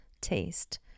taste